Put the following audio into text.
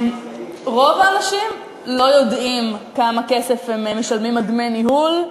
רוב האנשים לא יודעים כמה כסף הם משלמים דמי ניהול,